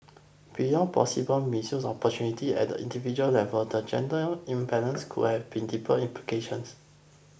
beyond possible missed opportunities at the individual level the gender imbalance could have deeper implications